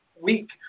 week